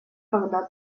когда